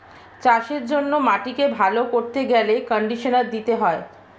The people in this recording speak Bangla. চাষের জন্য মাটিকে ভালো করতে গেলে কন্ডিশনার দিতে হয়